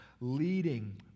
leading